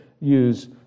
use